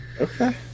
Okay